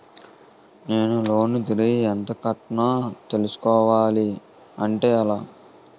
నేను లోన్ తిరిగి ఎంత కట్టానో తెలుసుకోవాలి అంటే ఎలా?